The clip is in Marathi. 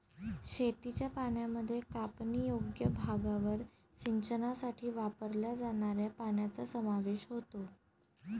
शेतीच्या पाण्यामध्ये कापणीयोग्य भागावर सिंचनासाठी वापरल्या जाणाऱ्या पाण्याचा समावेश होतो